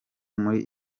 muri